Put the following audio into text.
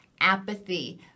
apathy